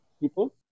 people